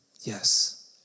yes